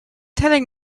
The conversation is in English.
telling